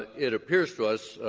it appears to us,